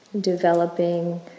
developing